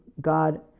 God